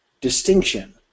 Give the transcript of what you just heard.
distinction